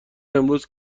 امروز